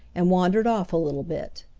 and wandered off a little bit.